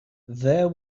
there